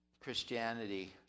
Christianity